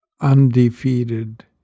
undefeated